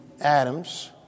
Adams